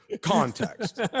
context